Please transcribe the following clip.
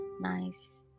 nice